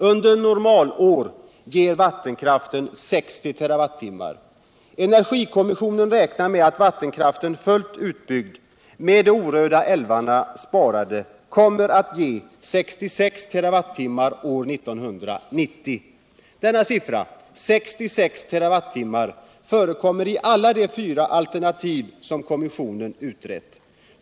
Under normalår ger vattenkraften 60 terawattimmar. Energikommissionen räknar med att vattenkraften fullt utbyggd - med de orörda älvarna sparade — kommer att ge 66 terawattimmar år 1990. Denna siffra — 66 terawattimmar — förekommer i alla de fyra alternativ som kommissionen utrett.